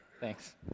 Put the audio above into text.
Thanks